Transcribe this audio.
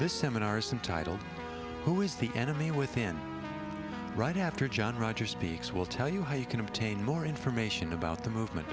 this seminars and titled who is the enemy within right after john rogers speaks we'll tell you how you can obtain more information about the movement